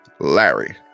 Larry